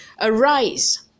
arise